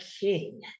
king